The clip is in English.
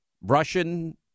Russian